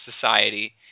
society